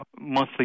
monthly